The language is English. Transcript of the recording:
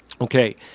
Okay